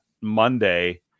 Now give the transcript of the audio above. Monday